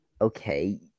Okay